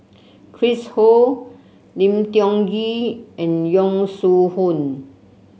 Chris Ho Lim Tiong Ghee and Yong Shu Hoong